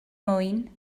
mwyn